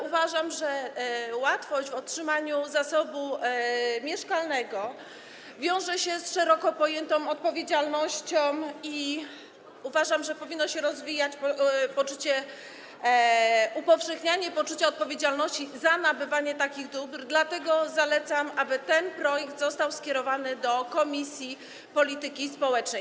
Uważam, że łatwość otrzymania zasobu mieszkalnego wiąże się z szeroko pojętą odpowiedzialnością, i uważam, że powinno się rozwijać, upowszechniać poczucie odpowiedzialności za nabywanie takich dóbr, dlatego zalecam, aby ten projekt został skierowany do komisji polityki społecznej.